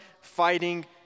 fighting